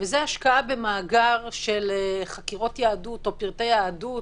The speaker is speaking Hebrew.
וזאת השקעה במאגר של חקירות יהדות ופרטי יהדות